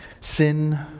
Sin